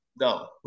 No